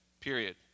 Period